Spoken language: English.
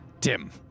Tim